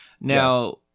now